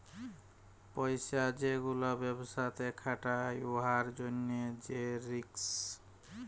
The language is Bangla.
পইসা যে গুলা ব্যবসাতে খাটায় উয়ার জ্যনহে যে রিস্ক